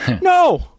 No